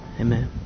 Amen